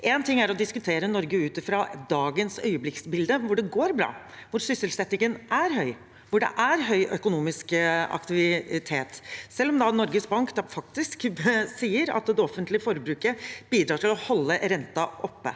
Én ting er å diskutere Norge ut fra dagens øyeblikksbilde, hvor det går bra, hvor sysselsettingen er høy, og hvor det er høy økonomisk aktivitet – selv om Norges Bank faktisk sier at det offentlige forbruket bidrar til å holde renten oppe,